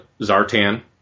Zartan